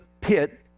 pit